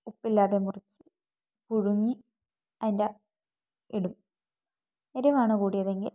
ഉപ്പില്ലാതെ മുറിച്ച് പുഴുങ്ങി അതിൻ്റെ ഇടും എരിവാണ് കൂടിയതെങ്കിൽ